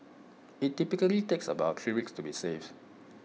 IT typically takes about three weeks to be safe